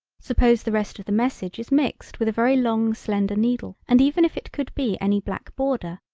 suppose the rest of the message is mixed with a very long slender needle and even if it could be any black border,